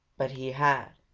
but he had.